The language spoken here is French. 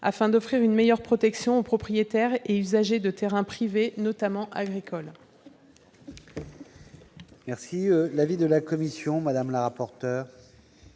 afin d'offrir une meilleure protection aux propriétaires et usagers de terrains privés, notamment agricoles. Quel est l'avis de la commission ? Ma chère